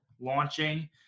launching